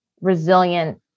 resilient